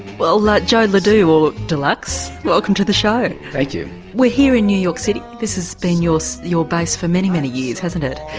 well, like joe ledoux. or deluxe. welcome to the show. thank you. we're here in new york city, this has been your your base for many, many years hasn't it,